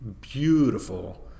beautiful